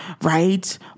right